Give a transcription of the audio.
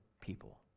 people